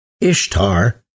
Ishtar